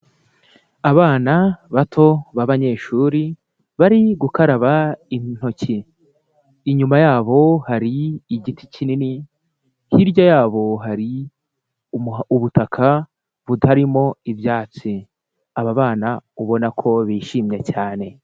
Abana bato b'abanyeshuri bari gukaraba intoki, inyuma yabo hari igiti kinini, hirya yabo hari ubutaka butarimo ibyatsi, aba bana ubona ko bishimye cyane.